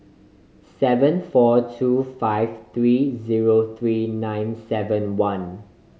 seven four two five three zero three nine seven one